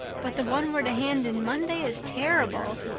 but the one we're to hand in monday is terrible.